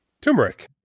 Turmeric